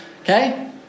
Okay